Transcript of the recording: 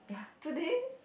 today